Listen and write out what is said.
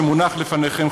שמונח לפניכם,